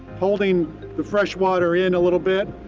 holding the fresh water in a little bit.